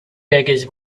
beggars